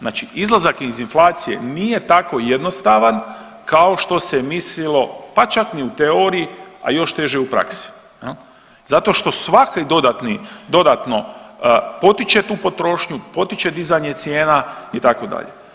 Znači izlazak iz inflacije nije tako jednostavan kao što se mislilo pa čak ni u teoriji, a još teže u praksi zato što svaki dodatno potiče tu potrošnju, potiče dizanje cijena itd.